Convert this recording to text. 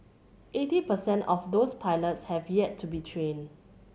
eighty per cent of those pilots have yet to be trained